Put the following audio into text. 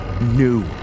new